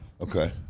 Okay